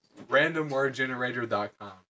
RandomWordGenerator.com